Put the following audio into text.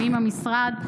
עם המשרד,